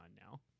now